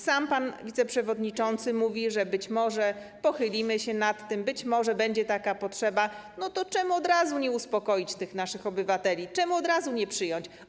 Sam pan wiceprzewodniczący mówił, że być może pochylicie się nad tym, być może będzie taka potrzeba, to dlaczego od razu nie uspokoić tych naszych obywateli, dlaczego od razu nie przyjąć.